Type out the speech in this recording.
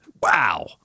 Wow